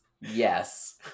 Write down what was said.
Yes